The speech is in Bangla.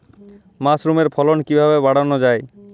মাসরুমের ফলন কিভাবে বাড়ানো যায়?